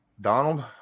Donald